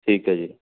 ਠੀਕ ਹੈ ਜੀ